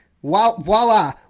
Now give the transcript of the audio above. voila